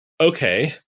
okay